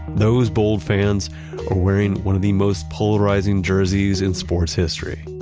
those bold fans are wearing one of the most polarizing jerseys in sports history.